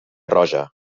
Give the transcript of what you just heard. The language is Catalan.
roja